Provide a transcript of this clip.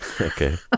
Okay